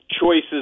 choices